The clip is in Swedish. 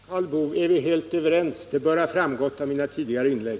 Herr talman! Därom är vi, Karl Boo, helt överens. Det bör ha framgått av mina tidigare inlägg.